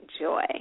joy